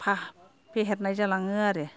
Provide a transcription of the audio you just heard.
फेहेरनाय जालाङो आरो